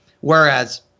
whereas